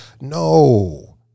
no